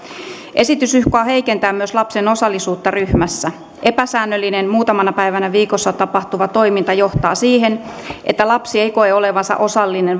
esitys uhkaa heikentää myös lapsen osallisuutta ryhmässä epäsäännöllinen muutamana päivänä viikossa tapahtuva toiminta johtaa siihen että lapsi ei koe olevansa osallinen